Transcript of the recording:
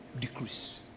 decrease